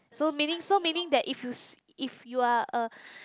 so meaning so meaning that if you s~ if you are a